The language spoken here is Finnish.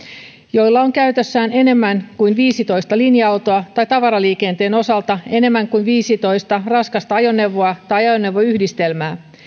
joilla on käytössään enemmän kuin viisitoista linja autoa tai tavaraliikenteen osalta enemmän kuin viisitoista raskasta ajoneuvoa tai ajoneuvoyhdistelmää